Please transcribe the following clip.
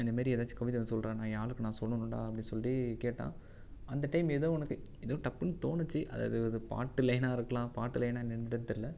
இந்த மாதிரி ஏதாச்சும் கவிதை வந்து சொல்கிறா நான் என் ஆளுக்கு நான் சொல்லணுன்டா அப்படின் சொல்லி கேட்டான் அந்த டைம் ஏதோ எனக்கு ஏதோ டப்புன்னு தோணுச்சு அது அது பாட்டு லைனாக இருக்கலாம் பாட்டு லைனாக என்னென்ட்டு தெரில